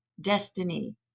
destiny